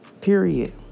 Period